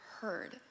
heard